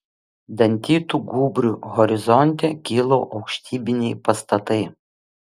dantytu gūbriu horizonte kilo aukštybiniai pastatai